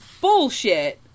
bullshit